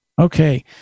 Okay